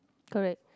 correct